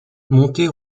montée